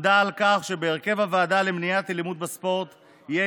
עמדה על כך שבהרכב הוועדה למניעת אלימות בספורט יהיה